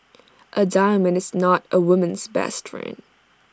A diamond is not A woman's best friend